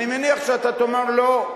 אני מניח שאתה תאמר לא.